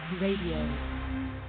Radio